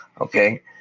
Okay